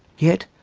yet,